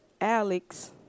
Alex